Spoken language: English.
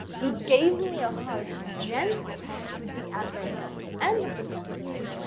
he gave me a hug gently with the adverb at the end of the sentence.